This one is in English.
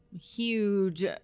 huge